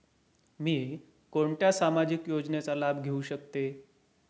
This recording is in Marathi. मी कोणत्या सामाजिक योजनेचा लाभ घेऊ शकते?